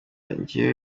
njyewe